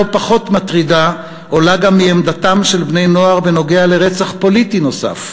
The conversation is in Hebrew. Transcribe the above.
פחות מטרידה עולה גם מעמדתם של בני-נוער בנוגע לרצח פוליטי נוסף.